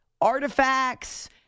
artifacts